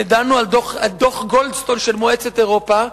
ודנו על דוח-גולדסטון במועצת אירופה,